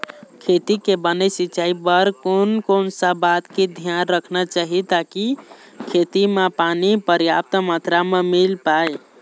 खेती के बने सिचाई बर कोन कौन सा बात के धियान रखना चाही ताकि खेती मा पानी पर्याप्त मात्रा मा मिल पाए?